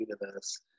universe